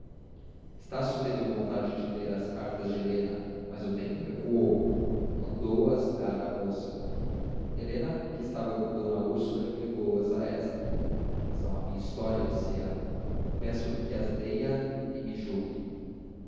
estácio teve vontade de ler as cartas de helena mas a tempo recuou mandou as dar à moça helena que estava com d úrsula entregou as a esta são a minha história disse ela peço-lhe que as leia e me julgue